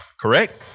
Correct